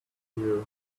here